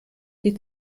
die